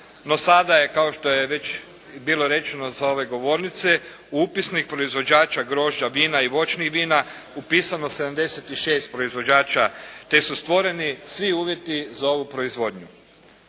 no sada je kao što je već i bilo rečeno sa ove govornice, u upisnik proizvođača grožđa, vina i voćnih vina upisano 76 proizvođača te su stvoreni svi uvjeti za ovu proizvodnju.